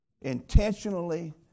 intentionally